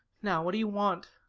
now, what do you want?